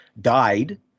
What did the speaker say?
died